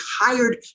hired